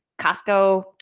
Costco